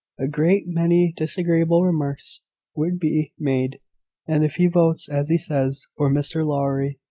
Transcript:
a great many disagreeable remarks would be made and if he votes as he says, for mr lowry,